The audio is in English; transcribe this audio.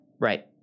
right